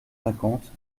cinquante